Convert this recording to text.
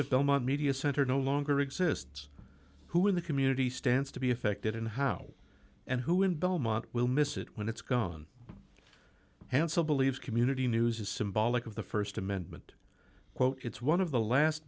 month media center no longer exists who in the community stands to be affected and how and who in belmont will miss it when it's gone hansel believes community news is symbolic of the st amendment quote it's one of the last